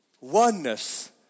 Oneness